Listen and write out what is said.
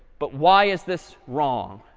but why is this wrong?